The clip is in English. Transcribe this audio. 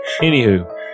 Anywho